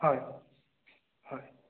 হয় হয়